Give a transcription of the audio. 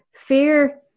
Fear